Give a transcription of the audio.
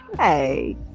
hey